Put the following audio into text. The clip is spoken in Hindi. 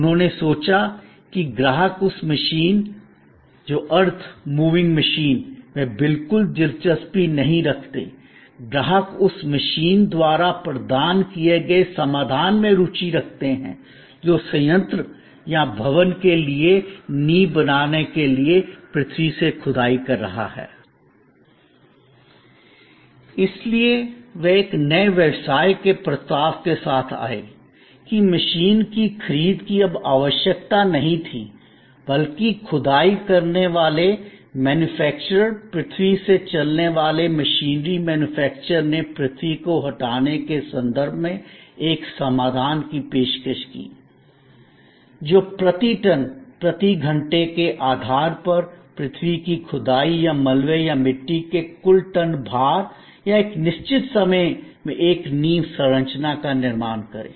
उन्होंने सोचा कि ग्राहक उस मशीन पृथ्वी चलती मशीन अर्थ मूविंग मशीन में बिल्कुल दिलचस्पी नहीं रखता है ग्राहक उस मशीन द्वारा प्रदान किए गए समाधान में रुचि रखते हैं जो संयंत्र या भवन के लिए नींव बनाने के लिए पृथ्वी से खुदाई कर रहा है l इसलिए वे एक नए व्यवसाय के प्रस्ताव के साथ आए कि मशीन की खरीद की अब आवश्यकता नहीं थी बल्कि खुदाई करने वाले मैन्युफैक्चरर पृथ्वी से चलने वाले मशीनरी मैन्युफैक्चरर ने पृथ्वी को हटाने के संदर्भ में एक समाधान की पेशकश की जो प्रति टन प्रति घंटे के आधार पर पृथ्वी की खुदाई या मलबे या मिट्टी के कुल टन भार या एक निश्चित समय में एक नींव संरचना का निर्माण करे